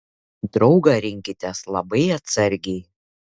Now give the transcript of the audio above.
draugą rinkitės labai atsargiai